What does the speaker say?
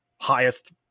highest